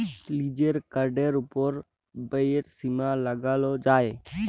লিজের কার্ডের ওপর ব্যয়ের সীমা লাগাল যায়